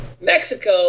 Mexico